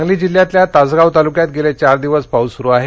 सांगली जिल्ह्यातल्या तासगांव तालुक्यात गेले चार दिवस पाऊस सुरू आहे